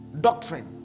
doctrine